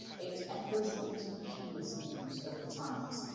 it echoes the internationalist moods of the times.